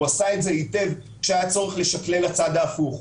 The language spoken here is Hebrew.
הוא עשה אותם היטב כשהיה צורך לשקלל את הצד ההפוך.